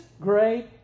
great